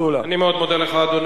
אני מאוד מודה לך, אדוני.